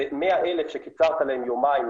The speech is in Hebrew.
זה 100,000 שקיצרת להם יומיים,